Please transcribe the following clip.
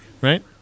Right